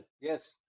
Yes